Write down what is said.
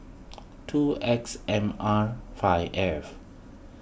two X M R five F